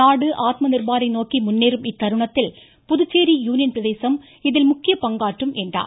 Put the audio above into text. நாடு ஆத்ம நிர்பாரை நோக்கி முன்னேறும் இத்தருணத்தில் புதுச்சேரி யூனியன் பிரதேசம் இதில் முக்கிய பங்காற்றும் என்றார்